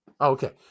Okay